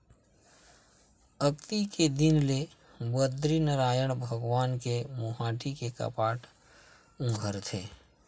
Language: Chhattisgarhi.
अक्ती के दिन ले बदरीनरायन भगवान के मुहाटी के कपाट उघरथे